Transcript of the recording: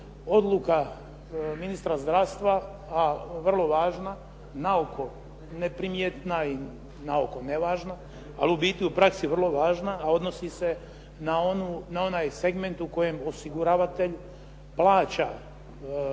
odluka ministra zdravstva, a vrlo važna, naoko neprimjetna i naoko nevažna, ali u biti u praksi vrlo važna a odnosi se na onaj segment u kojem osiguravatelj plaća